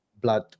blood